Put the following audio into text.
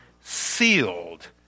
sealed